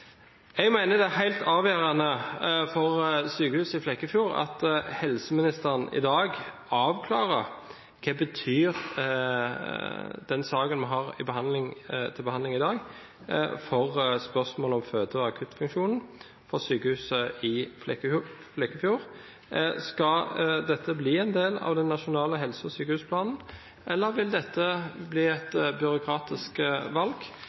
Jeg mener det er helt avgjørende for sykehuset i Flekkefjord at helseministeren i dag avklarer hva den saken vi har til behandling i dag, betyr for spørsmålet om føde- og akuttfunksjonen ved sykehuset i Flekkefjord. Skal dette bli en del av den nasjonale helse- og sykehusplanen, eller vil det bli et byråkratisk valg